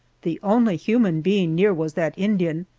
the only human being near was that indian,